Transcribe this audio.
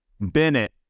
Bennett